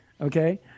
Okay